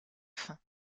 faim